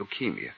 Leukemia